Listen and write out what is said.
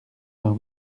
vingt